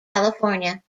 california